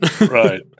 Right